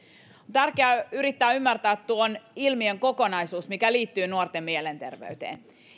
tärkeää yrittää ymmärtää tuon ilmiön kokonaisuus mikä liittyy nuorten mielenterveyteen